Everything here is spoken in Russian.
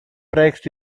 проект